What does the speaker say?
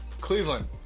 Cleveland